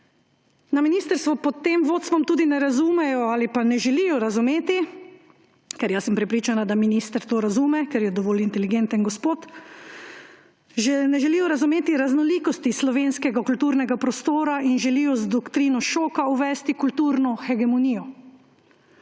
Na ministrstvu pod tem vodstvom tudi ne razumeli ali pa ne želijo razumeti, ker sem prepričana, da minister to razume, ker je dovolj inteligenten gospod, ne želijo razumeti raznolikosti slovenskega kulturnega prostora in želijo z doktrino šoka uvesti kulturno hegemonijo.